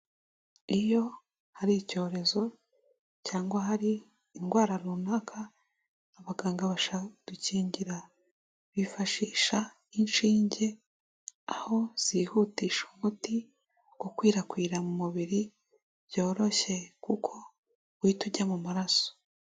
Iyo hari icyorezo cyangwa hari indwara runaka abaganga bashaka kudukingira bifashisha inshinge aho zihutisha umuti gukwirakwira mu mubiri byoroshye kuko uhita ujya mu maraso.